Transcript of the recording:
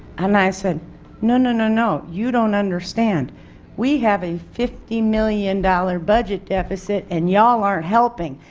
and i said no no no no, you don't understand we have a fifty million dollars budget deficit and you all aren't helping.